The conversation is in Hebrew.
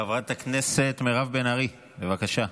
חברת הכנסת מירב בן ארי, בבקשה.